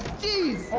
jeez